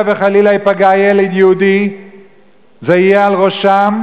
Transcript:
וחלילה ייפגע ילד יהודי זה יהיה על ראשם,